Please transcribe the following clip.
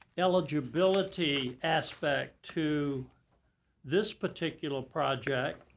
eligibility aspect to this particular project,